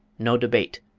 no debate,